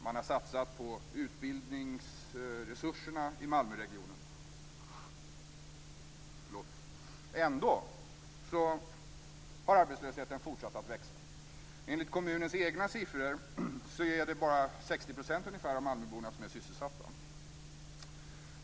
Man har satsat på utbildningsresurserna i Malmöregionen. Ändå har arbetslösheten fortsatt att växa. Enligt kommunens egna siffror är det endast ungefär 60 % av malmöborna som är sysselsatta.